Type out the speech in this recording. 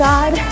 God